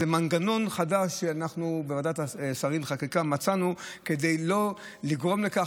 זה מנגנון חדש שאנחנו מצאנו בוועדת שרים לחקיקה כדי לא לגרום לכך